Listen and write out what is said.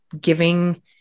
giving